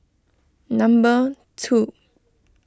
number two